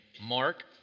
Mark